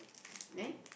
then